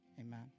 Amen